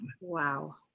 Wow